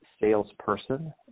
salesperson